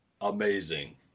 Amazing